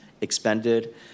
expended